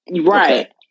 Right